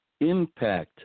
impact